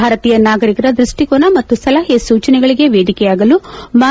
ಭಾರತೀಯ ನಾಗರಿಕರ ದೃಷ್ಟಿಕೋನ ಮತ್ತು ಸಲಹೆ ಸೂಚನೆಗಳಿಗೆ ವೇದಿಕೆಯಾಗಲು ಮ್ಯೆ